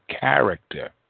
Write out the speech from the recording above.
character